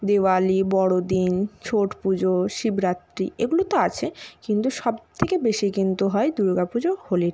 দিওয়ালি বড়োদিন ছট পুজো শিবরাত্রি এগুলো তো আছে কিন্তু সব থেকে বেশি কিন্তু হয় দুর্গা পুজো হোলিটা